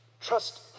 trust